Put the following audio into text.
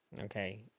okay